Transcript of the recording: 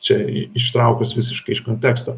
čia ištraukus visiškai iš konteksto